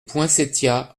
poinsettias